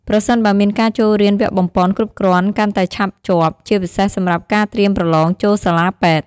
ប្រសិនបើមានការចូលរៀនវគ្គបំប៉នគ្រប់គ្រាន់កាន់តែឆាប់ជាប់ ជាពិសេសសម្រាប់ការត្រៀមប្រឡងចូលសាលាពេទ្យ។